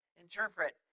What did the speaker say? interpret